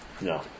No